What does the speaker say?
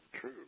true